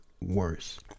worse